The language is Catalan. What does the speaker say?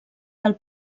del